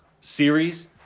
series